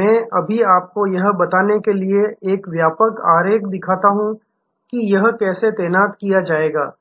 मैं अभी आपको यह बताने के लिए एक व्यापक आरेख दिखाता हूं कि यह कैसे तैनात किया जाएगा